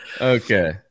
Okay